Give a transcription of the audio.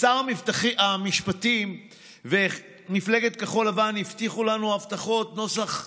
שר המשפטים ומפלגת כחול לבן הבטיחו לנו הבטחות נוסח,